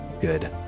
good